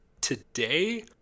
today